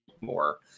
more